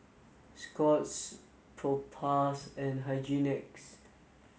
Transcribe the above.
Scott's Propass and Hygin X